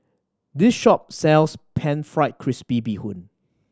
this shop sells Pan Fried Crispy Bee Hoon